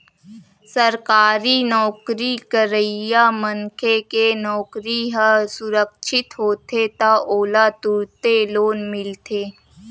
सरकारी नउकरी करइया मनखे के नउकरी ह सुरक्छित होथे त ओला तुरते लोन मिलथे